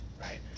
right